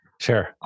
Sure